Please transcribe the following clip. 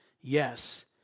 Yes